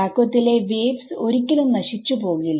വാക്വത്തിലെ waves ഒരിക്കലും നശിച്ചു പോകില്ല